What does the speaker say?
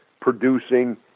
producing